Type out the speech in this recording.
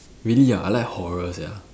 really ah I like horror sia